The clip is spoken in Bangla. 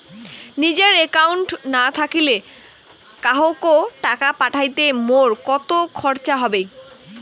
নিজের একাউন্ট না থাকিলে কাহকো টাকা পাঠাইতে মোর কতো খরচা হবে?